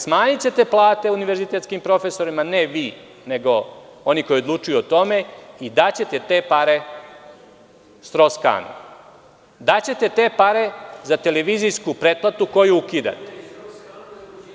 Smanjićete plate univerzitetskim profesorima, ne vi, nego oni koji odlučuju o tome i daćete te pare Stros Kanu, daćete te pare za televizijsku pretplatu koju ukidate.